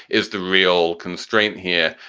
is the real constraint here.